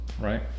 right